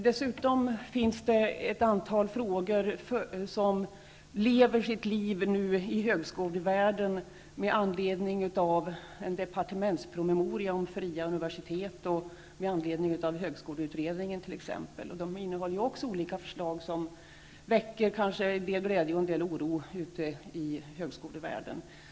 Dessutom finns ett antal frågor som lever sitt liv i högskolevärlden med anledning av en departementspromemoria om fria universitet och med anledningen av högskoleutredningen. Där finns också olika förslag som väcker en del glädje och en del oro ute i högskolevärlden.